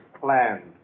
plan